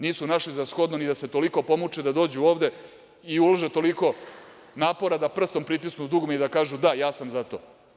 Nisu našli za shodno ni da se toliko pomuče da dođu ovde i ulože toliko napora da prstom pritisnu dugme i da kažu – da, ja sam za to.